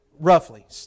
roughly